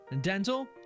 dental